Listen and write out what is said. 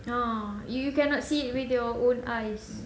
ah you you cannot see with your own eyes